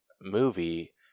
movie